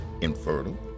infertile